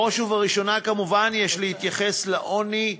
כמובן, בראש ובראשונה, יש להתייחס לעוני,